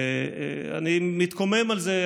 ואני מתקומם על זה,